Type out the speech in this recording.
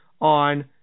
on